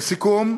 לסיכום,